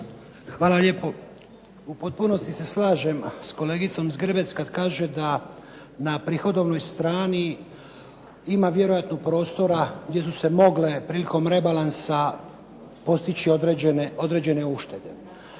Hvala lijepo. U potpunosti se slažem s kolegicom Zgrebec kad kaže da na prihodovnoj strani ima vjerojatno prostora gdje su se mogle prilikom rebalansa postići određene uštede.